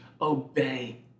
obey